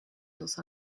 los